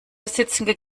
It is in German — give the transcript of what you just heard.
besitzen